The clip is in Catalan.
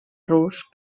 rus